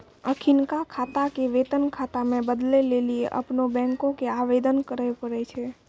अखिनका खाता के वेतन खाता मे बदलै लेली अपनो बैंको के आवेदन करे पड़ै छै